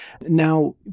now